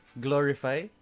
glorify